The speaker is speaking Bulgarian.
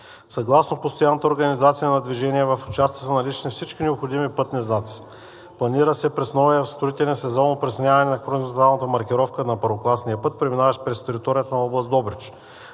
Съгласно постоянната организация на движение в участъците са налични всички необходими пътни знаци. Планира се през новия строителен сезон опресняване на хоризонталната маркировка на първокласния път, преминаващ през територията на област Добрич.